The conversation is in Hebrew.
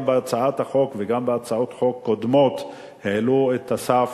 גם בהצעת החוק הזאת וגם בהצעות חוק קודמות העלו את הסף.